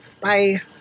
bye